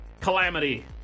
calamity